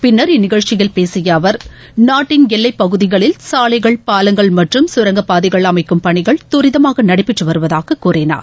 பின்னா் இந்நிகழ்ச்சியில் பேசிய அவர் நாட்டின் எல்லைப் பகுதிகளில் சாலைகள் பாலங்கள் மற்றம் சுரங்கப் பாதைகள் அமைக்கும் பணிகள் தரிதமாக நடைபெற்று வருவதாக கூறினார்